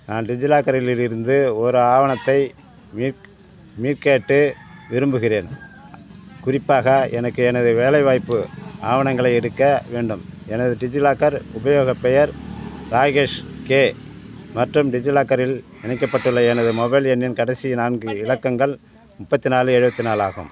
நான் டிஜிலாக்கரில் இரு இருந்து ஒரு ஆவணத்தை மீட் மீக்கேட்டு விரும்புகிறேன் குறிப்பாக எனக்கு எனது வேலைவாய்ப்பு ஆவணங்களை எடுக்க வேண்டும் எனது டிஜிலாக்கர் உபயோகப் பெயர் ராகேஷ் கே மற்றும் டிஜிலாக்கரில் இணைக்கப்பட்டுள்ள எனது மொபைல் எண்ணின் கடைசி நான்கு இலக்கங்கள் முப்பத்தி நாலு எழுபத்தி நாலு ஆகும்